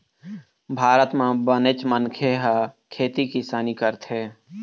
भारत म बनेच मनखे ह खेती किसानी करथे